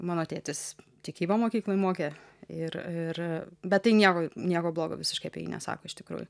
mano tėtis tikybą mokykloj mokė ir ir bet tai nieko nieko blogo visiškai apie jį nesako iš tikrųjų